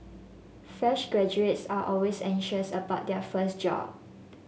fresh graduates are always anxious about their first job